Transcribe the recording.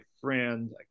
friend